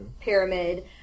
pyramid